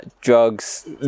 drugs